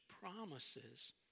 promises